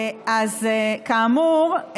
אז כאמור,